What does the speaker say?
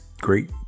great